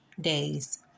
days